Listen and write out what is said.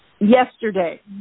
yesterday